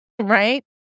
right